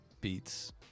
beats